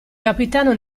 capitano